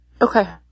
Okay